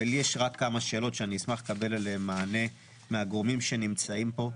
ויש כמה שאלות שאשמח לקבל עליהן מענה מהגורמים שנמצאים פה.